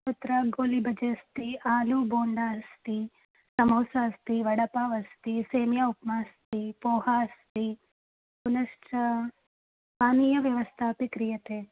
तत्र गोलिभजे अस्ति आलूबोण्डा अस्ति समोसा अस्ति वडापाव् अस्ति सेमिया उप्मा अस्ति पोहा अस्ति पुनश्च पानीयव्यवस्थापि क्रियते